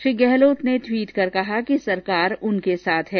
श्री गहलोत ने ट्विट कर कहा है कि सरकार उनके साथ है